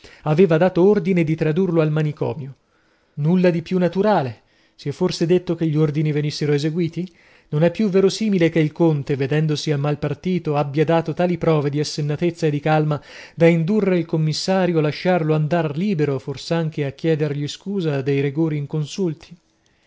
aveva dato ordine di tradurlo al manicomio nulla di più naturale si è forse detto che gli ordini venissero eseguiti non è più verosimile che il conte vedendosi al mal partito abbia dato tali prove di assennatezza e di calma da indurre il commissario a lasciarlo andar libero fors'anche a chiedergli scusa dei rigori inconsulti